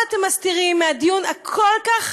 מה עוד אתם מסתירים מהדיון הכל-כך